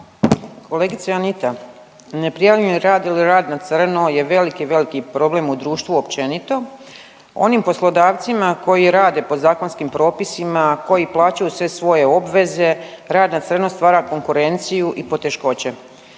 Kolegice Anita, neprijavljeni rad ili rad na crno je veliki, veliki problem u društvu općenito. Onim poslodavcima koji rade po zakonskim propisima koji plaćaju sve svoje obveze rad na crno stvara konkurenciju i poteškoće.